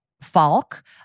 Falk